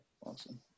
awesome